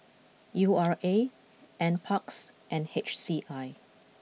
U R A Nparks and H C I